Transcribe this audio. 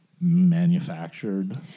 manufactured